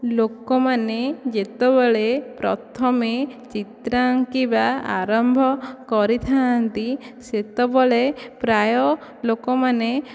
ଲୋକମାନେ ଯେତେବଳେ ପ୍ରଥମେ ଚିତ୍ର ଆଙ୍କିବା ଆରମ୍ଭ କରିଥାନ୍ତି ସେତବଳେ ପ୍ରାୟ ଲୋକମାନେ